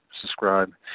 subscribe